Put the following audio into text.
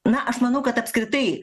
na aš manau kad apskritai